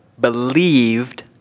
believed